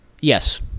Yes